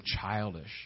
childish